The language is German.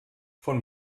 von